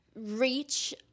reach